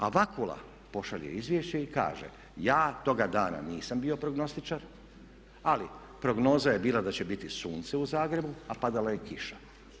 A Vakula pošalje izvješće i kaže ja toga dana nisam bio prognostičar ali prognoza je bila da će biti sunce u Zagrebu, a padala je kiša.